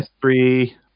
three